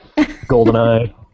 Golden-Eye